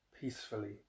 peacefully